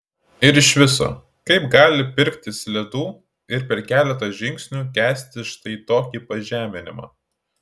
ir iš viso kaip gali pirktis ledų ir per keletą žingsnių kęsti štai tokį pažeminimą